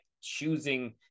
choosing